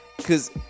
cause